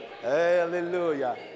Hallelujah